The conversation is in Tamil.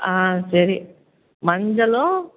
ஆ சரி மஞ்சளும்